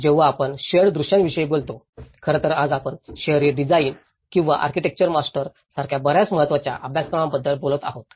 जेव्हा आपण शेअर्ड दृश्यांविषयी बोलतो खरं तर आज आपण शहरी डिझाईन किंवा आर्किटेक्चर मास्टर सारख्या बर्याच महत्त्वाच्या अभ्यासक्रमांबद्दल बोलत आहोत